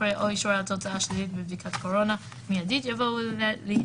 אחרי "או אישור על תוצאה שלילית בבדיקת קורונה מיידית״ יבוא ״ולעניין